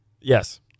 Yes